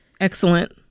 Excellent